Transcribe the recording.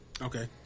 Okay